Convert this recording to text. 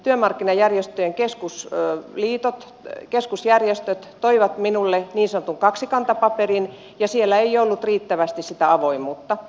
työmarkkinajärjestöjen keskusjärjestöt toivat minulle niin sanotun kaksikantapaperin ja siellä ei ollut riittävästi sitä avoimuutta